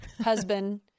husband